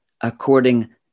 according